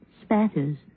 spatters